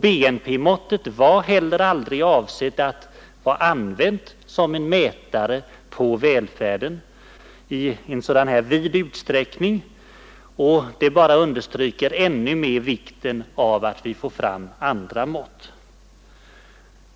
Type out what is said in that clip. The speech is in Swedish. BNP-måttet var heller aldrig avsett att användas som en mätare på välfärden i en sådan vidsträckt mening, och det understryker ännu mera vikten av att vi får fram andra mått.